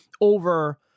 over